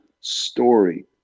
story